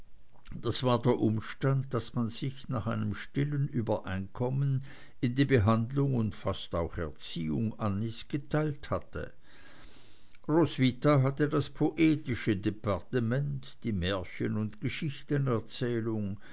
das war der umstand daß man sich nach einem stillen übereinkommen in die behandlung und fast auch erziehung annies geteilt hatte roswitha hatte das poetische departement die märchen und